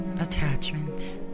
attachment